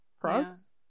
frogs